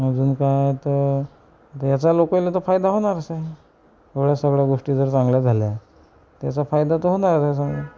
अजून काय तर ह्याचा लोकाईले तर फायदा होणारच आहे एवढ्या सगळ्या गोष्टी जर चांगल्या झाल्या त्याचा फायदा तर होणारच आहे